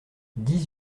dix